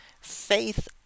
faith